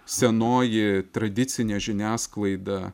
senoji tradicinė žiniasklaida